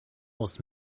aus